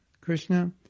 Krishna